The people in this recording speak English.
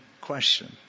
question